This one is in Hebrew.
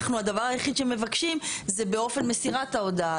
הדבר היחידי שאנחנו מבקשים זה לגבי אופן מסירת ההודעה,